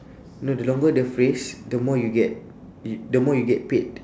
no the longer the phrase the more you get y~ the more you get paid